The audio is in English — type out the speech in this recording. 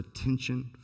attention